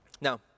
Now